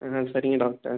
ஆ சரிங்க டாக்டர்